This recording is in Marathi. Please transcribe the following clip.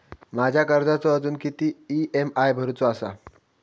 माझ्या कर्जाचो अजून किती ई.एम.आय भरूचो असा?